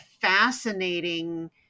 fascinating